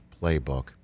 playbook